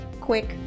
quick